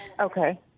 Okay